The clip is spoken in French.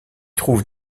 trouve